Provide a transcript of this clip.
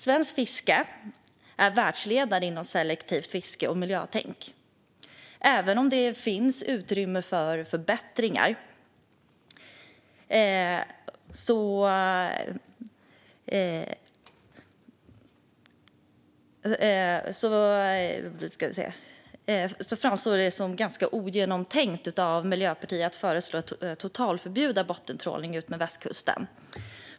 Svenskt fiske är världsledande inom selektivt fiske och miljötänk. Även om det finns utrymme för förbättringar framstår det som ganska ogenomtänkt av Miljöpartiet att föreslå ett totalförbud mot bottentrålning utmed västkusten.